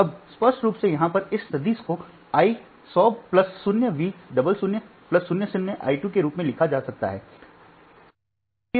अब स्पष्ट रूप से यहाँ पर इस सदिश को I 1 0 0 0 V 0 0 0 0 I 2 के रूप में लिखा जा सकता है